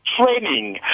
training